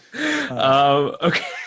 okay